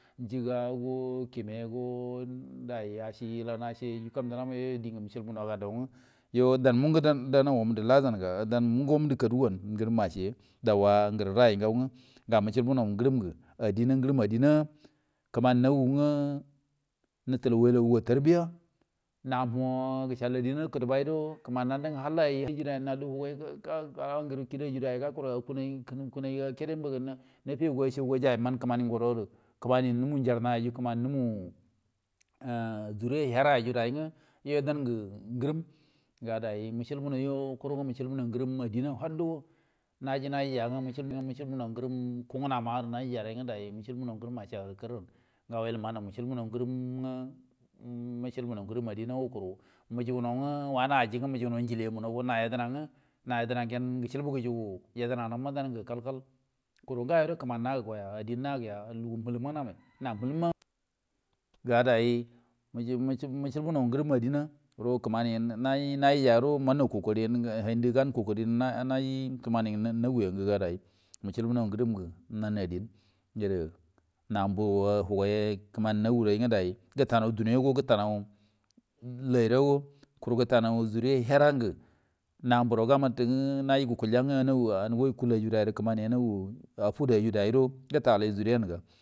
Njəgago kimeyo dai yilam acigo kam jilama yo yo yo die acalbu yo dan nu go dan lugumu lagen danmo lugu nge kaduwon ngrim acciyo dauwa ngeri raa yin ngai nge ga mucibuno ngrim nge adinna ngrim nge adin na kimani nawun nga netil waltai go tarbia namo gecal adinwo kadeboi nge kimani ndandi nge hall yo a an gede cidaiyo au nge cedegudo efege man no jai nge nan kimani ngodo geɗo kimani nunu njarnayu kimani nunu e die yo her nge yo yo denge ngrim wani wudo cibu ngrim adinna fat gudo naji nai yange cibuno ngrim kunginama gede, naji yari mucibuno acari karran nga walman ne ecibuno ngrim adin wo kuru muguguno nge wani yo mun iyiligon yedena nge na ydenan ngen ecilbu gumu yedena ramma gujige kal kalri kimani nagugo ya adin ma kal kal ya na lugu muhilumma dai na lugu muhi lumma nga dai yinge mu cibuno ngrim ma adin ro kumani nai najiyyaro hindi munwo kokari yen hin kimani najuwon ge nge dai mu man adiru naburro kimani nauro nge dai dunie ngetuno nge layrawo nge nawi junya her ra nge nawi ra ga mattin nge gukul nge anugo kila guyo yu dai yo.